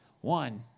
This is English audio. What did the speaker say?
one